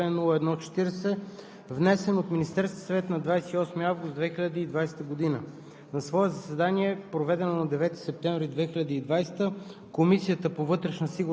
Законопроект за изменение и допълнение на Закона за регистър БУЛСТАТ, № 002-01-40, внесен от Министерския съвет на 28 август 2020 г.